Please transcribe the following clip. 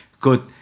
good